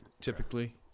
typically